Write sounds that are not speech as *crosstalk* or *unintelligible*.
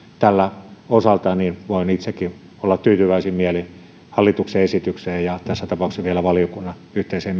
tällä osaltani voin itsekin olla tyytyväinen hallituksen esitykseen ja tässä tapauksessa vielä valiokunnan yhteiseen *unintelligible*